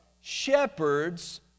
shepherds